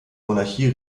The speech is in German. monarchie